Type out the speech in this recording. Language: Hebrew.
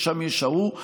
ושם יש ההוא.